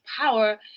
power